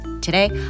today